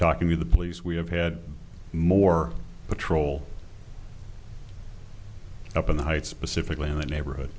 talking to the police we have had more patrol up in the heights specifically in that neighborhood